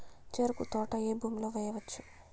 చెరుకు తోట ఏ భూమిలో వేయవచ్చు?